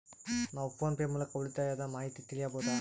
ನಾವು ಫೋನ್ ಮೂಲಕ ಉಳಿತಾಯದ ಮಾಹಿತಿ ತಿಳಿಯಬಹುದಾ?